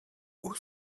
haut